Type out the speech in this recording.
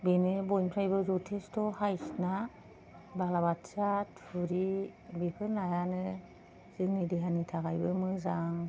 बेनो बयनिफ्रायबो जथेस्त हाइस ना बालाबाथिया थुरि बेफोर नायानो जोंनि देहानि थाखायबो मोजां